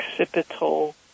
occipital